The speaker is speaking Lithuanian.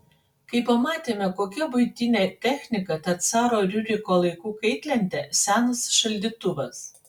kai pamatėme kokia buitinė technika ta caro riuriko laikų kaitlentė senas šaldytuvas